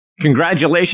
Congratulations